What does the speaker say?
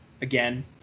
again